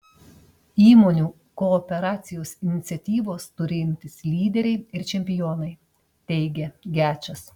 įmonių kooperacijos iniciatyvos turi imtis lyderiai ir čempionai teigia gečas